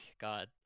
God